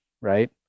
right